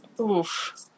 Oof